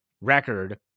record